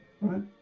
right